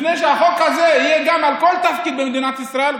לפני שהחוק הזה יהיה גם על כל תפקיד במדינת ישראל,